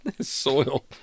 Soil